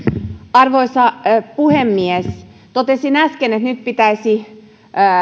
arvoisa puhemies totesin äsken että nyt pitäisi